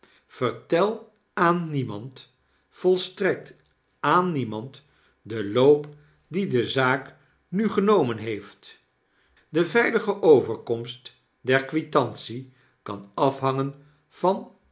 vertel aan demand volstrekt aan niemand den loop dien de zaak nu genomen heeft de veilige overkomst der kwitantie kan afhangen van